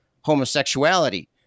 homosexuality